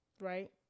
Right